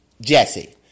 Jesse